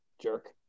jerk